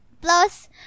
Plus